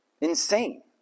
insane